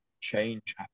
change